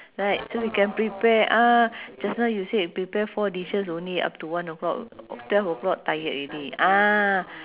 right so we can prepare ah just now you say prepare four dishes only up to one o'clock twelve o'clock tired already ah